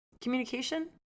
communication